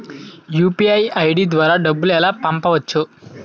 UPI ID ద్వారా డబ్బులు ఎలా పంపవచ్చు?